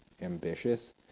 ambitious